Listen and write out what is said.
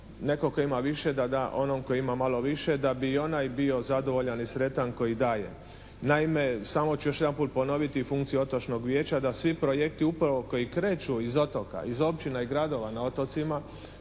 netko tko ima više da da onom tko ima malo više da bi i onaj bio zadovoljan i sretan koji daje. Naime, samo ću još jedanput ponoviti funkciju otočnog vijeća da svi projekti upravo koji kreću iz otoka, iz općina i gradova na otocima